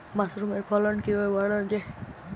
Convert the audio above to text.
মাসরুমের ফলন কিভাবে বাড়ানো যায়?